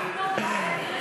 להמשיך.